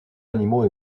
animaux